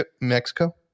Mexico